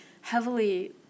heavily